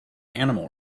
animal